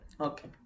Okay